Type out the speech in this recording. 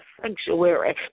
sanctuary